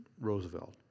Roosevelt